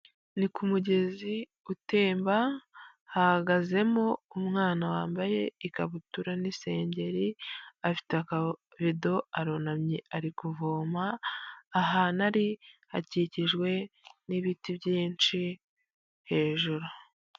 Ni ku umugezi utemba hahagazemo umwana wambaye ikabutura n'isengeri afite akavido arunamye ari kuvoma ahantu hakikijwe n'ibiti byinshi hejuru.